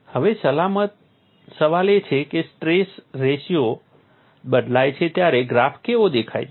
હવે સવાલ એ છે કે સ્ટ્રેસ રેશિયો બદલાય છે ત્યારે ગ્રાફ કેવો દેખાય છે